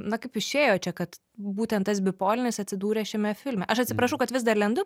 na kaip išėjo čia kad būtent tas bipolinis atsidūrė šiame filme aš atsiprašau kad vis dar lendu